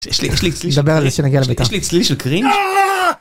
שיש לי שיש לי שיש צליל של קרינג׳ (אהההההה!)